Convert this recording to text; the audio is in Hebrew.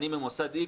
'אני ממוסד X,